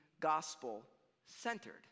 gospel-centered